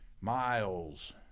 Miles